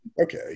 Okay